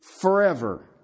forever